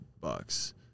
bucks